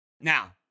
Now